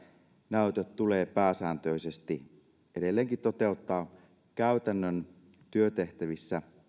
näytöt tulee pääsääntöisesti edelleenkin toteuttaa käytännön työtehtävissä